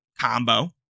combo